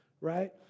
right